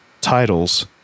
titles